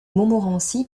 montmorency